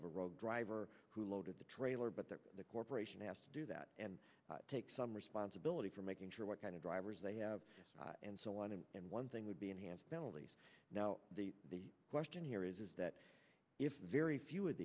a rogue driver who loaded the trailer but that the corporation has to do that and take some responsibility for making sure what kind of drivers they have and so on and and one thing would be enhanced penalties now the big question here is is that if very few of